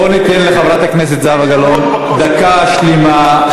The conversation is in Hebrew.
בואו ניתן לחברת הכנסת זהבה גלאון דקה שלמה,